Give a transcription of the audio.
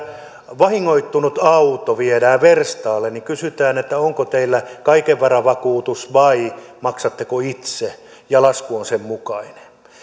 vahingoittunut auto viedään verstaalle niin kysytään että onko teillä kaikenvaravakuutus vai maksatteko itse ja lasku on sen mukainen